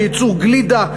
וייצור גלידה,